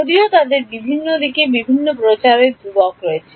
যদিও তাদের বিভিন্ন দিকে বিভিন্ন প্রচারের ধ্রুবক রয়েছে